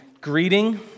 greeting